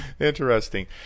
Interesting